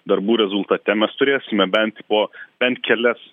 darbų rezultate mes turėsime bent po bent kelias